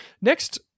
Next